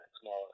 smaller